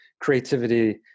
creativity